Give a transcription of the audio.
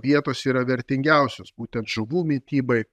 vietos yra vertingiausios būtent žuvų mitybai